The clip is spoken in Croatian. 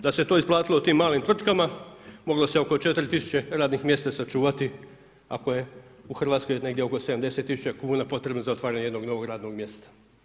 Da se to isplatilo tim malim tvrtkama, moglo se oko 4 tisuće radnih mjesta sačuvati ako je u Hrvatskoj negdje oko 70 tisuća kuna potrebno za otvaranje jednog novog radnog mjesta.